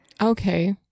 Okay